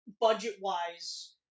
Budget-wise